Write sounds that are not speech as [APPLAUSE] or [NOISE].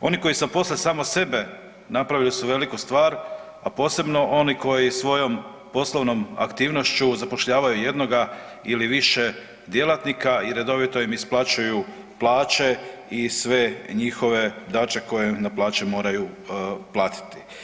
oni koji zaposle samo sebe napravili su veliku stvar, a posebno oni koji svojom poslovnom aktivnošću zapošljavaju jednoga ili više djelatnika i redovito im isplaćuju plaće i sve njihove ... [UNINTELLIGIBLE] koje na plaći moraju platiti.